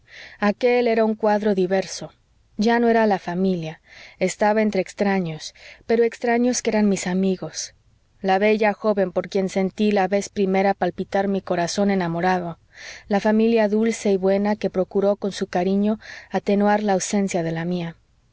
de joven aquél era un cuadro diverso ya no era la familia estaba entre extraños pero extraños que eran mis amigos la bella joven por quien sentí la vez primera palpitar mi corazón enamorado la familia dulce y buena que procuró con su cariño atenuar la ausencia de la mía